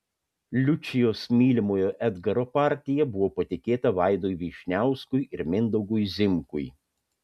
liučijos mylimojo edgaro partija buvo patikėta vaidui vyšniauskui ir mindaugui zimkui